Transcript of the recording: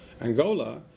Angola